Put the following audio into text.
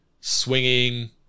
swinging